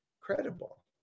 credible